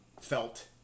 felt